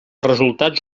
resultats